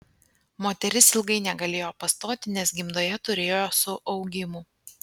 moteris ilgai negalėjo pastoti nes gimdoje turėjo suaugimų